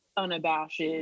Unabashed